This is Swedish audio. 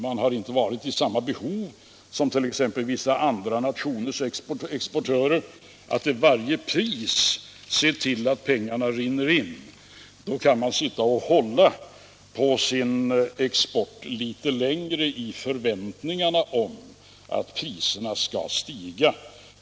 Man har inte varit i samma behov som t.ex. vissa andra nationers exportörer av att till varje pris se till att pengarna rinner in. Man har då kunnat sitta och hålla på sin export litet längre i förväntan om att priserna skall stiga.